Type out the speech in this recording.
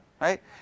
Right